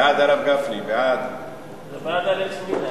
חוק מס ערך מוסף (תיקון מס' 41),